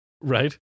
right